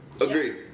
Agreed